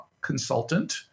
consultant